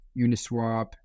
Uniswap